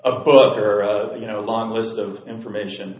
a book or of a you know a long list of information